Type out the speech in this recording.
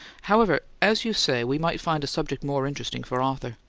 however, as you say, we might find a subject more interesting for arthur.